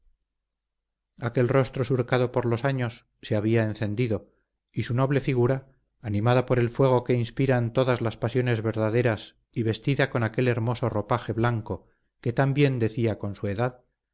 aquel rostro surcado por los años se había encendido y su noble figura animada por el fuego que inspiran todas las pasiones verdaderas y vestida con aquel hermoso ropaje blanco que tan bien decía con su edad